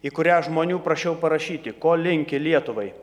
į kurią žmonių prašiau parašyti ko linki lietuvai